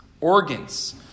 organs